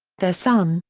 their son,